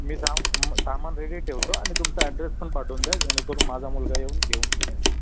मी साम मग सामान रेडी ठेवतो आणि तुमचा ॲड्रेस पण पाठवून द्या जेणेकरून माझा मुलगा येऊन घेऊन